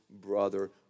brother